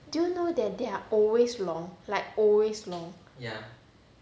do you know that they're always long like always long